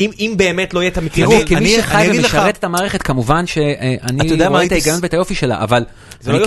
אם אם באמת לא יהיה את המקריות... אני אגיד לך. אני כמי שחי ומשרת את המערכת כמובן שאני רואה את ההיגיון ואת היופי שלה, אבל... אני